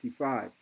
1955